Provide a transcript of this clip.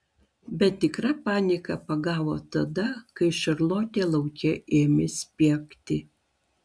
bet tikra panika pagavo tada kai šarlotė lauke ėmė spiegti